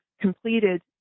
completed